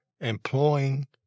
employing